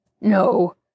No